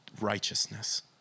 righteousness